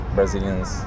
Brazilians